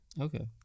okay